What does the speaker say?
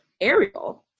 Ariel